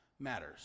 matters